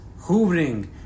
hoovering